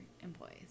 employees